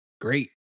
great